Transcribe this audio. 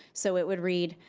so it would read,